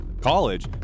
college